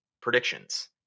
predictions